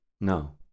No